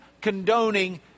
condoning